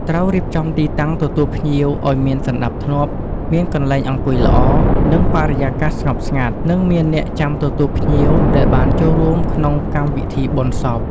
ត្រូវរៀបចំទីតាំងទទួលភ្ញៀវឲ្យមានសណ្តាប់ធ្នាប់ មានកន្លែងអង្គុយល្អ និងបរិយាកាសស្ងប់ស្ងាត់និងមានអ្នកចាំទទួលភ្ញៀវដែលបានចូលរួមក្នុងកម្មវិធីបុណ្យសព។